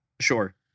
Sure